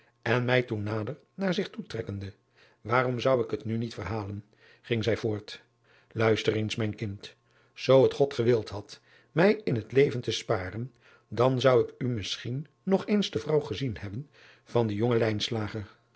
en mij toen nader naar zich toe trekkende waarom zou ik het nu niet verhalen ging zij voort uister eens mijn kind oo het od gewild had mij in het leven te sparen dan zou ik u misschien nog eens de vrouw gezien hebben van den jongen